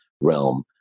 realm